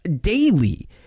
daily